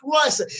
Christ